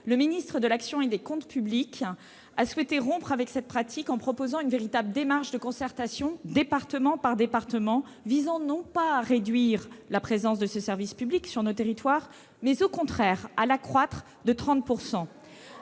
le ministre de l'action et des comptes publics a souhaité rompre avec cette pratique en proposant une véritable démarche de concertation, département par département, visant non pas à réduire la présence de ces services publics sur nos territoires, mais, au contraire, à l'accroître de 30 %.